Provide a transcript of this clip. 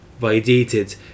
validated